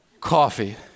Coffee